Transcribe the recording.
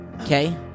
Okay